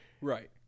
Right